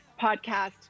podcast